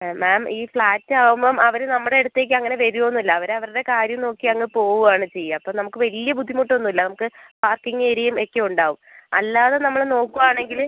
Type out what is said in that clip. മാം ഈ ഫ്ലാറ്റ് ആകുമ്പം അവർ നമ്മുടെ അടുത്തേക്ക് അങ്ങനെ വരിക ഒന്നുമില്ല അവർ അവരുടെ കാര്യം നോക്കി അങ്ങ് പോവുകയാണ് ചെയ്യുക അപ്പം നമുക്ക് വലിയ ബുദ്ധിമുട്ടൊന്നും ഇല്ല നമുക്ക് പാർക്കിംഗ് ഏരിയയും ഒക്കെ ഉണ്ടാവും അല്ലാതെ നമ്മൾ നോക്കുവാണെങ്കിൽ